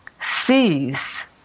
sees